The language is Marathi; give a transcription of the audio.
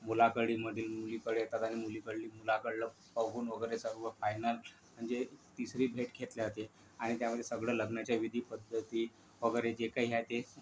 मुलाकडील मधील मुलीकडे येतात आणि मुलीकडली मुलाकडलं बघून वगैरे सर्व फायनल म्हणजे तिसरी भेट घेतली आते आणि त्यामध्ये सगळं लग्नाच्या विधी पद्धती वगैरे जे काही आहे ते